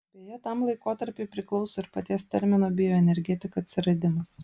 beje tam laikotarpiui priklauso ir paties termino bioenergetika atsiradimas